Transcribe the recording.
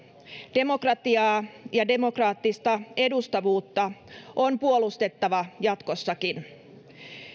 demokratiaa ja demokraattista edustavuutta on puolustettava jatkossakin